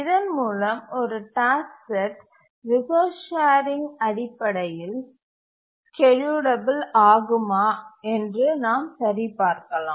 இதன் மூலம் ஒரு டாஸ்க் செட் ரிசோர்ஸ் ஷேரிங் அடிப்படையில் ஸ்கேட்யூலபில் ஆகுமா என்று நாம் சரி பார்க்கலாம்